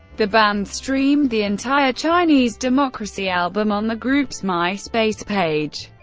the band streamed the entire chinese democracy album on the group's myspace page.